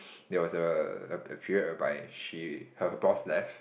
there was a period whereby she her boss left